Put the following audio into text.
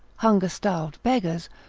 hunger-starved beggars,